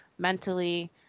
mentally